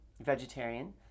vegetarian